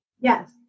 Yes